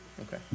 okay